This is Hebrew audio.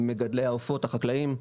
מגדלי העופות, החקלאים,